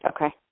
Okay